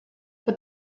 but